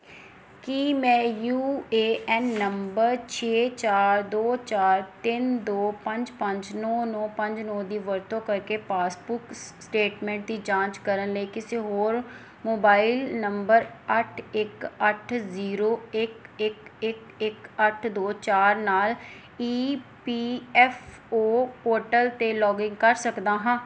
ਕੀ ਮੈਂ U A N number ਛੇ ਚਾਰ ਦੋ ਚਾਰ ਤਿੰਨ ਦੋ ਪੰਜ ਪੰਜ ਨੌਂ ਨੌਂ ਪੰਜ ਨੌਂ ਦੀ ਵਰਤੋਂ ਕਰਕੇ ਪਾਸਬੁੱਕ ਸਟੇਟਮੈਂਟ ਦੀ ਜਾਂਚ ਕਰਨ ਲਈ ਕਿਸੇ ਹੋਰ ਮੋਬਾਈਲ ਨੰਬਰ ਅੱਠ ਇੱਕ ਅੱਠ ਜ਼ੀਰੋ ਇੱਕ ਇੱਕ ਇੱਕ ਇੱਕ ਅੱਠ ਦੋ ਚਾਰ ਨਾਲ E P F O portal ਤੇ ਲੌਗਇਨ ਕਰ ਸਕਦਾ ਹਾਂ